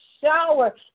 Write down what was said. shower